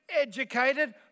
educated